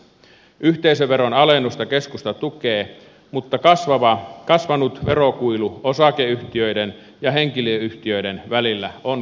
yhteisöveron alennusta keskusta tukee mutta kasvanut verokuilu osakeyhtiöiden ja henkilöyhtiöiden välillä on korjattava